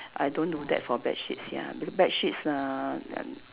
I don't do that for bedsheets ya b~ bedsheets uh an~